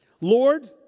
Lord